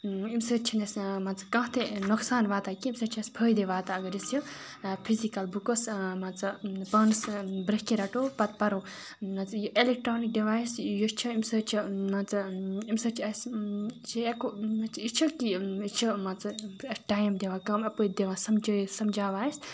ایٚمہِ سۭتۍ چھِنہٕ اَسہِ مان ژٕ کانٛہہ تہِ نۄقصان واتان کینٛہہ اَمہِ سۭتۍ چھِ اَسہِ فٲیِدٕ واتان اگر أسۍ یہِ فِزِکَل بُکٕس مان ژٕ پانَس برٛنٛہہ کِنۍ رَٹو پَتہٕ پَرو مان ژٕ یہِ ایلیکٹرٛانِک ڈِوایِس یُس چھِ اَمہِ سۭتۍ چھِ مان ژٕ اَمہِ سۭتۍ چھِ اَسہِ چھِ اَکھ ہُہ یہِ چھِ کہِ یہِ چھِ مان ژٕ اَتھ ٹایِم دِوان کَم اَپٲرۍ دِوان سَمجھٲیِتھ سَمجھاوان اَسہِ